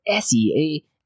SEA